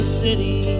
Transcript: city